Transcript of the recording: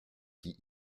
qui